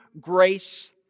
grace